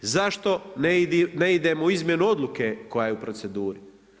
Zašto ne idemo u izmjenu odluke koja je u proceduri?